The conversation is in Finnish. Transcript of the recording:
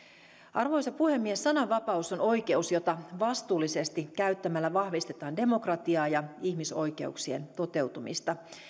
arvoisa puhemies sananvapaus on oikeus jota vastuullisesti käyttämällä vahvistetaan demokratiaa ja ihmisoikeuksien toteutumista